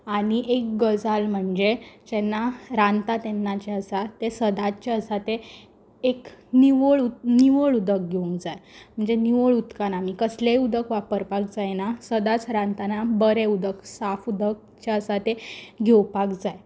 आनी एक गजाल म्हणजे जेन्ना रांदता तेन्ना जें आसा तें सदांच जें आसा तें एक निवळ निवळ उदक घेवंक जाय म्हणजे निवळ उदकान आमी म्हणजें कसलेंय उदक वापरपाक जायना सदांच रांदतना बरें उदक साफ उदक जें आसा तें घेवपाक जाय